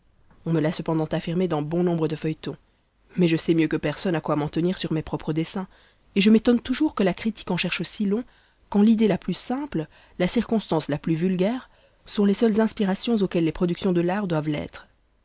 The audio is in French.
on me l'a cependant affirmé dans bon nombre de feuilletons mais je sais mieux que personne à quoi m'en tenir sur mes propres desseins et je m'étonne toujours que la critique en cherche si long quand l'idée la plus simple la circonstance la plus vulgaire sont les seules inspirations auxquelles les productions de l'art doivent l'être